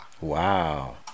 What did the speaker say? Wow